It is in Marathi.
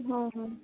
हो हो